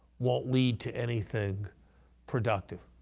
won't lead to anything productive.